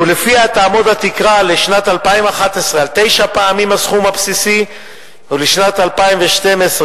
ולפיה תהיה התקרה לשנת 2011 תשע פעמים הסכום הבסיסי ובשנת 2012,